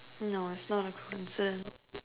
no it's not a concern